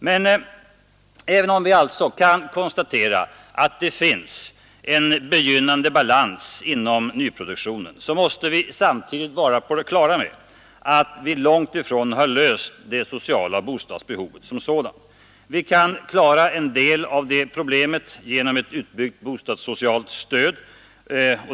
Men även om vi alltså kan notera en begynnande balans inom nyproduktionen, måste vi vara på det klara med att vi långt ifrån löst det sociala bostadsbehovet som sådant. Vi kan klara en del av detta genom ett utbyggt bostadssocialt stöd.